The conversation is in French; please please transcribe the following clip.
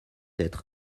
être